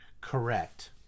Correct